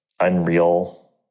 unreal